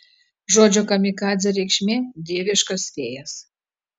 žodžio kamikadzė reikšmė dieviškas vėjas